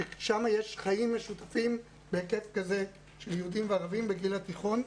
שבה יש חיים משותפים בהיקף כזה של יהודים וערבים בגיל התיכון.